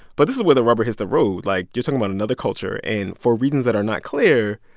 but this is where the rubber hits the road. like, you're talking about another culture. and, for reasons that are not clear,